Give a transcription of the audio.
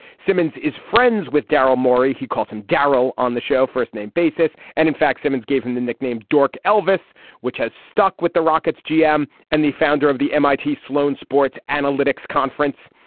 simmons is friends with daryl morey. he calls him darrow on the show. first name basis and in fact simmons gave him the nickname dork elvis which has stuck with the rockets gm and the founder of the m i t. sloan sports analytics conference.